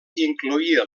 incloïa